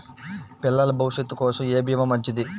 పిల్లల భవిష్యత్ కోసం ఏ భీమా మంచిది?